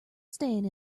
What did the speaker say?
staying